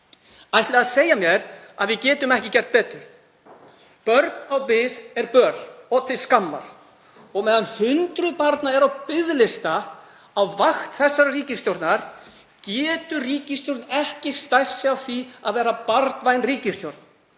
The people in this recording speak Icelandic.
þið að segja mér að við getum ekki gert betur? Börn á bið er böl og til skammar og meðan hundruð barna eru á biðlista á vakt þessarar ríkisstjórnar getur ríkisstjórnin ekki stært sig af því að vera barnvæn ríkisstjórn.